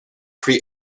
pre